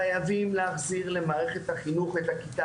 חייבים להחזיר למערכת החינוך את הכיתה